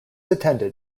attended